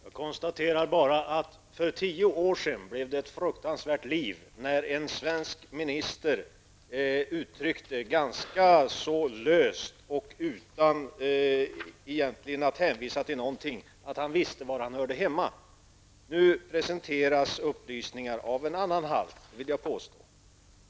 Herr talman! Jag konstaterar bara att det för tio år sedan blev fruktansvärt liv när en svensk utrikesminister tämligen löst och utan att göra några hänvisningar sade att man visste var vi hör hemma. Nu presenteras upplysningar av en annan.